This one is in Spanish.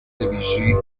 debussy